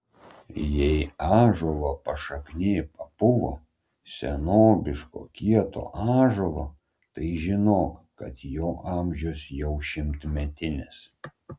jei ąžuolo pašaknė papuvo senobiško kieto ąžuolo tai žinok kad jo amžius jau šimtmetinis